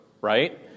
right